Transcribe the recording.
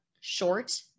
short